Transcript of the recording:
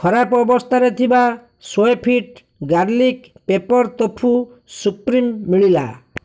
ଖରାପ ଅବସ୍ଥାରେ ଥିବା ସୋୟଫିଟ୍ ଗାର୍ଲିକ୍ ପେପ୍ପର୍ ତୋଫୁ ସୁପ୍ରିମ୍ ମିଳିଲା